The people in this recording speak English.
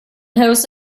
whose